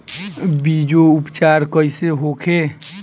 बीजो उपचार कईसे होखे?